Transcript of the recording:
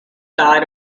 died